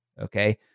Okay